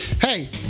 Hey